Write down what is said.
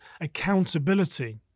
accountability